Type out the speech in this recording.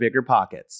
BiggerPockets